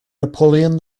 napoleon